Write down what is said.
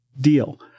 deal